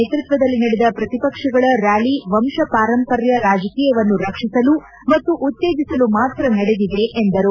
ನೇತೃತ್ವದಲ್ಲಿ ನಡೆದ ಪ್ರತಿಪಕ್ಷಗಳ ರಾಲಿ ವಂಶಪಾರಂಪರ್ಯ ರಾಜಕೀಯವನ್ನು ರಕ್ಷಿಸಲು ಮತ್ತು ಉತ್ತೇಜಿಸಲು ಮಾತ್ರ ನಡೆದಿದೆ ಎಂದರು